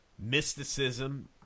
mysticism